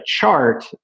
chart